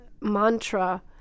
mantra